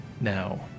now